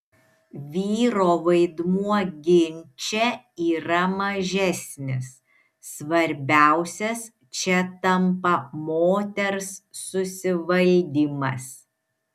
vyro vaidmuo ginče yra mažesnis svarbiausias čia tampa moters susivaldymas